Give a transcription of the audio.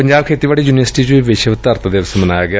ਪੰਜਾਬ ਖੇਤੀਬਾੜੀ ਯੁਨੀਵਰਸਿਟੀ ਚ ਵੀ ਵਿਸ਼ਵ ਧਰਤੀ ਦਿਵਸ ਮਨਾਇਆ ਗਿਆ